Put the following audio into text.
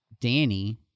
Danny